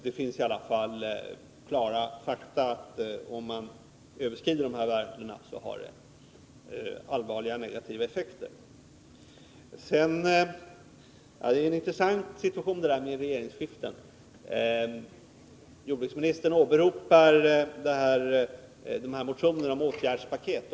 Det finns i alla fall klara fakta som säger, att om man överskrider de här värdena, har avgaserna allvarliga negativa effekter. Regeringsskiften ger en intressant situation. Jordbruksministern åberopar motionerna om åtgärdspaket.